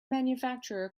manufacturer